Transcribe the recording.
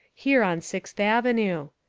here on sixth avenue.